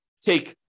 take